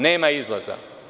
Nema izlaza.